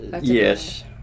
Yes